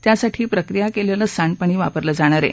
त्यासाठी प्रक्रिया केलेलं सांड पाणी वापरलं जाणार आहे